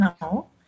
No